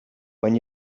when